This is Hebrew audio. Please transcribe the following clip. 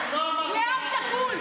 איזנקוט.